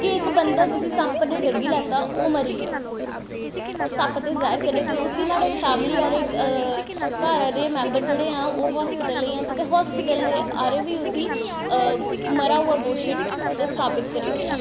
कि इक बंदा जिस्सी सप्प ने डंगी लैता ओह् मरी गेआ सप्प दे जैह्र कन्नै ते उस्सी नोहाड़े फैमली आह्ले घर आह्ले मैंबर जेह्ड़े ऐ ओह् हास्पिटल लेई जंदे ते हास्पिटल ने आह्ले बी उस्सी मरा हुआ घोशत साबित करी ओड़ेआ